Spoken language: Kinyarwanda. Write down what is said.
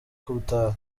gutaha